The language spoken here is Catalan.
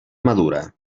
madura